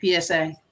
PSA